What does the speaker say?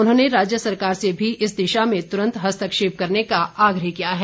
उन्होंने राज्य सरकार से भी इस दिशा में तुरंत हस्तक्षेप करने का आग्रह किया है